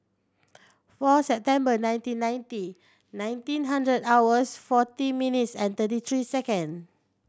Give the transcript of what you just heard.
four September nineteen ninety nineteen hundred hours forty minutes and thirty three second